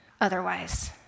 otherwise